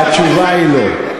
והתשובה היא לא.